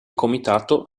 comitato